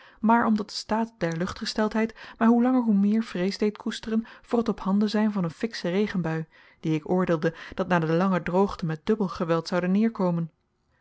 maar omdat de staat der luchtgesteldheid mij hoe langer hoe meer vrees deed koesteren voor het op handen zijn van een fiksche regenbui die ik oordeelde dat na de lange droogte met dubbel geweld zoude neêrkomen